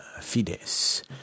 fides